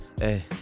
hey